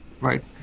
Right